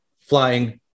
Flying